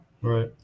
right